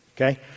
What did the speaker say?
Okay